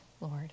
Lord